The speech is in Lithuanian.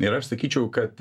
ir aš sakyčiau kad